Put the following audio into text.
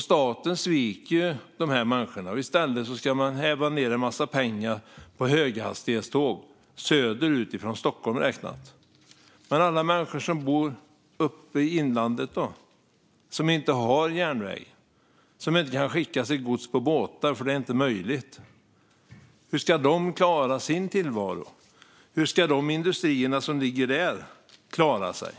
Staten sviker dessa människor. I stället öser man en massa pengar på höghastighetståg som går söderut från Stockholm räknat. Men alla människor som bor uppe i inlandet, då? De har ingen järnväg och kan inte skicka sitt gods på båtar, för det är inte möjligt. Hur ska de klara sin tillvaro? Hur ska de industrier som ligger där klara sig?